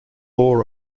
law